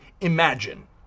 Imagine